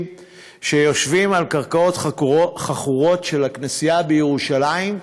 שיושבים על קרקעות חכורות של הכנסייה בירושלים.